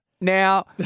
Now